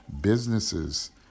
Businesses